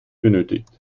benötigt